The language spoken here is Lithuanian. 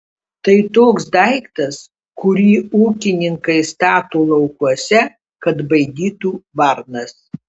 tai toks daiktas kurį ūkininkai stato laukuose kad baidytų varnas